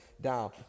down